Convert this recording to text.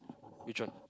which one